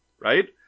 right